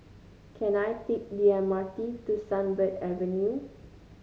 can I take the M R T to Sunbird Avenue